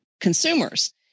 consumers